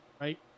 right